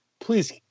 please